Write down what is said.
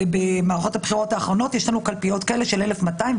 במערכות הבחירות האחרונות יש לנו קלפיות כאלה של 1,200,